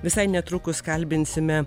visai netrukus kalbinsime